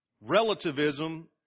Relativism